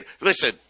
listen